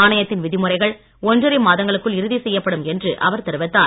ஆணையத்தின் விதிமுறைகள் ஒன்றரை மாதங்களுக்குள் இறுதி செய்யப்படும் என்று அவர் தெரிவித்தார்